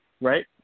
Right